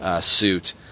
suit